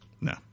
No